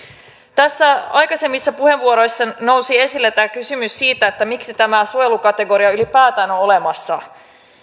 tässä aikaisemmissa puheenvuoroissa nousi esille tämä kysymys siitä miksi tämä suojelukategoria ylipäätään on olemassa